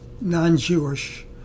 non-Jewish